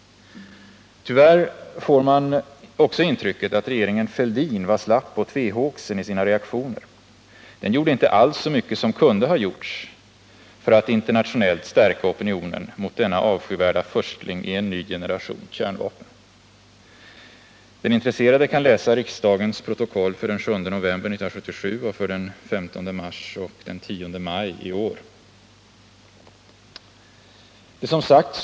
Tyvärr får man också intrycket att regeringen Fälldin var slapp och tvehågsen i sina reaktioner. Den gjorde inte alls så mycket som kunde ha gjorts för att internationellt stärka opinionen mot denna avskyvärda förstling ien ny generation kärnvapen. Den intresserade kan läsa riksdagens protokoll för den 7 november 1977 och för den 15 mars och den 10 maj i år.